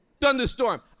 thunderstorm